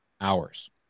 hours